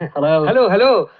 hello. hello! hello!